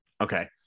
Okay